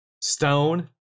Stone